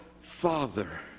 Father